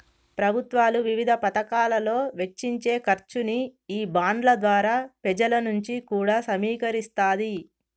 ప్రభుత్వాలు వివిధ పతకాలలో వెచ్చించే ఖర్చుని ఈ బాండ్ల ద్వారా పెజల నుంచి కూడా సమీకరిస్తాది